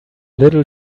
little